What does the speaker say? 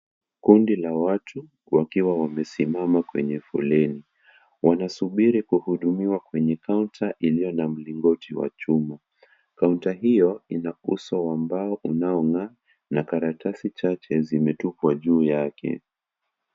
Kundi la watu wakiwa wamesimama kwenye foleni. Wanasubiri kuhudumiwa kwenye kaunta iliyo na mlingoti wa chuma. Kaunta hiyo ina guzo wa mbao unaong'aa na karatasi chache zimetupwa juu yake.